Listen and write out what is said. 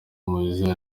mowzey